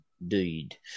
indeed